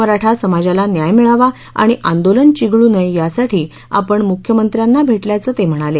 मराठा समाजाला न्याय मिळावा आणि आंदोलन चिघळू नये यासाठी आपण मुख्यमंत्र्यांना भेटल्याचं ते म्हणाले